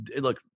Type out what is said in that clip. look